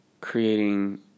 creating